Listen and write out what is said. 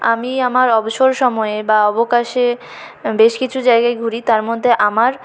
আমি আমার অবসর সময়ে বা অবকাশে বেশ কিছু জায়গায় ঘুরি তার মধ্যে আমার